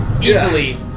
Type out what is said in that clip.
easily